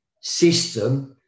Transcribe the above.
system